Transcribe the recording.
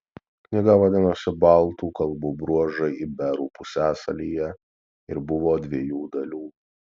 knyga vadinosi baltų kalbų bruožai iberų pusiasalyje ir buvo dviejų dalių